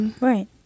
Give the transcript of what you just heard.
right